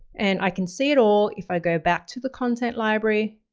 and i can see it all if i go back to the content library.